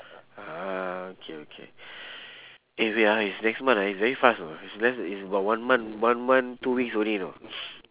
ah okay okay eh wait ah it's next month ah it's very fast you know I realise it is about one month one month two weeks already you know